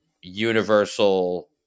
universal